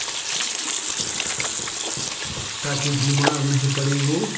ताकि बीमार नहीं पड़े वह